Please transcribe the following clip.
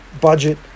budget